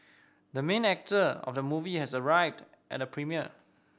the main actor of the movie has arrived at the premiere